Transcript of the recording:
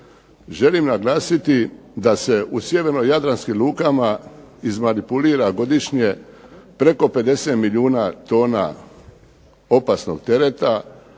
Želim naglasiti da se u sjeverno jadranskim lukama izmanipulira godišnje preko 50 milijuna tona opasnog tereta,